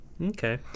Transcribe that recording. Okay